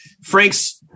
frank's